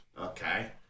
Okay